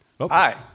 Hi